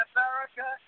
America